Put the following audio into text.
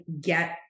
get